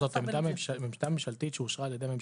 זאת עמדה ממשלתית שאושרה על ידי הממשלה,